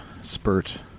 spurt